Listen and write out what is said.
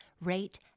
rate